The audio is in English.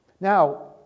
Now